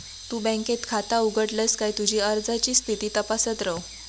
तु बँकेत खाता उघडलस काय तुझी अर्जाची स्थिती तपासत रव